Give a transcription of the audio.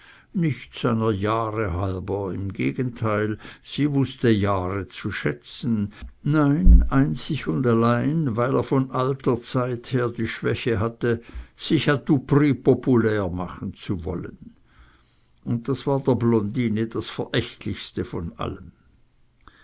nicht seiner jahre halber im gegenteil sie wußte jahre zu schätzen nein einzig und allein weil er von alter zeit her die schwäche hatte sich tout prix populär machen zu wollen und das war der blondine das verächtlichste von allem